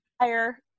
higher